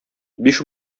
биш